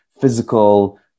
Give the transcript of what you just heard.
physical